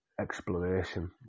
exploration